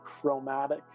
chromatic